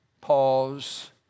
Pause